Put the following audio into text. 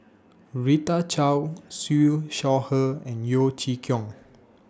Rita Chao Siew Shaw Her and Yeo Chee Kiong